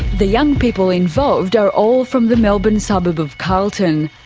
the young people involved are all from the melbourne suburb of carlton.